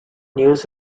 news